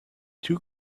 two